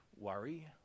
worry